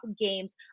games